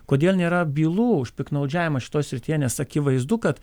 kodėl nėra bylų už piktnaudžiavimą šitoj srityje nes akivaizdu kad